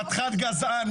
חתיכת גזען.